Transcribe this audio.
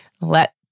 let